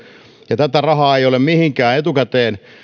ja tätä rahaa ei ole mihinkään etukäteen